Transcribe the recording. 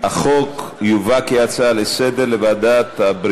החוק יובא כהצעה לסדר-היום לוועדת העבודה,